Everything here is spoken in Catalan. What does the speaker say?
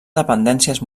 dependències